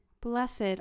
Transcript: Blessed